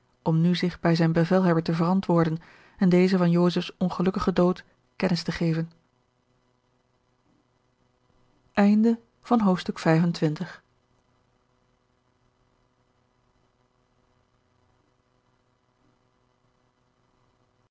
om nu zich bij zijn bevelhebber te verantwoorden en dezen van josephs ongelukkigen dood kennis te geven